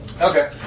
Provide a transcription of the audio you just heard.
Okay